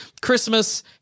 Christmas